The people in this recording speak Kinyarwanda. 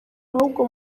ahubwo